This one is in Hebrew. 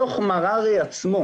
דוח מררי עצמו